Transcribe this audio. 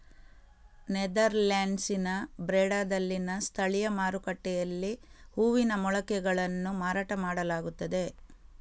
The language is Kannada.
ನೆದರ್ಲ್ಯಾಂಡ್ಸಿನ ಬ್ರೆಡಾದಲ್ಲಿನ ಸ್ಥಳೀಯ ಮಾರುಕಟ್ಟೆಯಲ್ಲಿ ಹೂವಿನ ಮೊಳಕೆಗಳನ್ನು ಮಾರಾಟ ಮಾಡಲಾಗುತ್ತದೆ